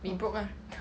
we broke ah